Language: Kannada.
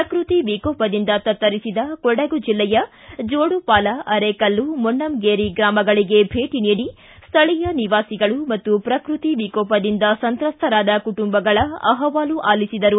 ಪ್ರಕೃತಿ ವಿಕೋಪದಿಂದ ತತ್ತರಿಸಿದ ಕೊಡಗು ಜಿಲ್ಲೆಯ ಜೋಡುಪಾಲ ಅರೆಕಲ್ಲು ಮೊಣ್ಣಂಗೇರಿ ಗ್ರಾಮಗಳಿಗೆ ಭೇಟಿ ನೀಡಿ ಸ್ಥಳೀಯ ನಿವಾಸಿಗಳು ಮತ್ತು ಪ್ರಕೃತಿ ವಿಕೋಪದಿಂದ ಸಂತ್ರಸ್ಥರಾದ ಕುಟುಂಬಗಳ ಅಹವಾಲು ಆಲಿಸಿದರು